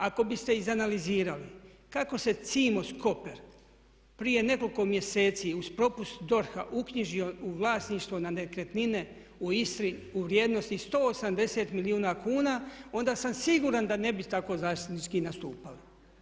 Ako biste iz analizirali kako se Cimos kopar prije nekoliko mjeseci uz propust DORH-a uknjižio u vlasništvo na nekretnine u Istri u vrijednosti 180 milijuna kuna, onda sam siguran da ne bi tako zaštitnički nastupali.